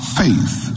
faith